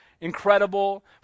Incredible